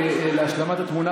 להשלמת התמונה,